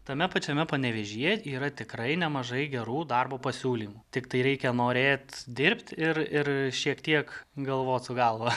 tame pačiame panevėžyje yra tikrai nemažai gerų darbo pasiūlymų tiktai reikia norėt dirbt ir ir šiek tiek galvot galva